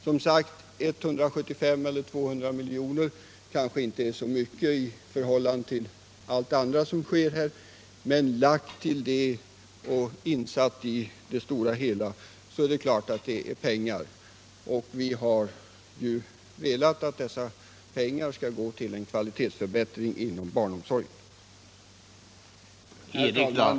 Som sagt: 175-200 milj.kr. är kanske inte en så stor del av de summor det här rör sig om, men det är ändå pengar, och vi har velat att dessa skall gå till en kvalitetsförbättring inom barnomsorgen. Herr talman!